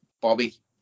Bobby